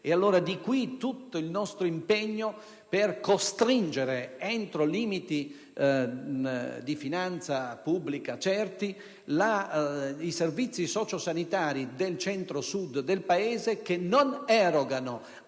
allora tutto il nostro impegno per costringere entro limiti certi di finanza pubblica i servizi socio-sanitari del Centro-Sud del Paese, che non erogano